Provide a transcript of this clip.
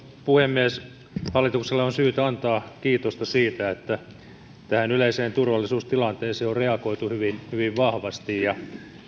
puhemies hallituksella on syytä antaa kiitosta siitä että tähän yleiseen turvallisuustilanteeseen on reagoitu hyvin vahvasti ja